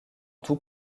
tout